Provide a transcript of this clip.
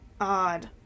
odd